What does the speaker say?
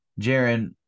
Jaron